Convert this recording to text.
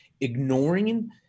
ignoring